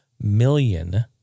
million